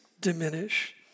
diminish